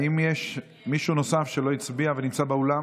האם יש מישהו נוסף שלא הצביע ונמצא באולם?